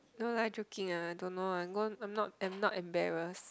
no lah joking ah I don't know ah I'm not am not embarrassed